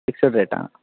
fixed రేటా